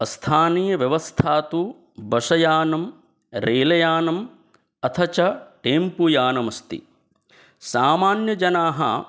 स्थानीयव्यवस्था तु बशयानं रैलयानम् अथ च टेम्पु यानमस्ति सामान्यजनाः